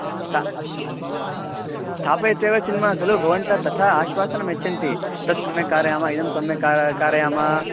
स्ट स्थापयित्या एव चिनुमः खलु भवन्तः तथा आश्वासनं यच्छन्ति तत् सम्यक् कारयामः इदं सम्यक् का कारयामः